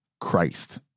Christ